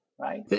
right